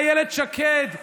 אני אומרת את זה לאילת שקד,